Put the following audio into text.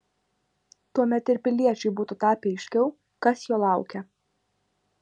tuomet ir piliečiui būtų tapę aiškiau kas jo laukia